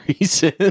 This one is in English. reason